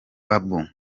bambu